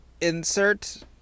insert